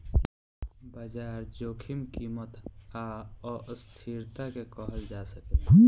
बाजार जोखिम कीमत आ अस्थिरता के कहल जा सकेला